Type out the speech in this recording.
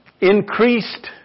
increased